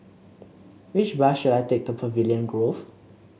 which bus should I take to Pavilion Grove